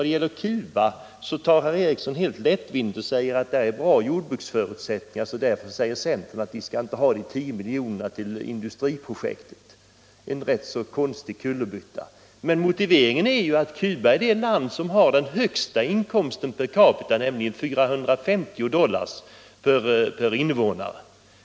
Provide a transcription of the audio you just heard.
I vad gäller Cuba säger herr Ericson helt lättvindigt att det är bra jordbruksförutsättningar där, så centern tycker att Cuba inte skall ha de 10 miljonerna till industriprojektet. En rätt konstig kullerbytta! Men motiveringen är ju att Cuba i denna ländergrupp är det land av huvudmottagarländerna som har den högsta inkomsten per capita, nämligen 450 dollar per invånare.